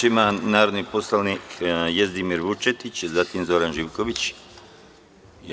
Reč ima narodni poslanik Jezdimir Vučetić, a zatim Zoran Živković.